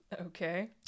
Okay